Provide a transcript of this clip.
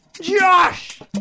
Josh